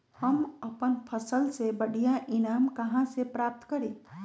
हम अपन फसल से बढ़िया ईनाम कहाँ से प्राप्त करी?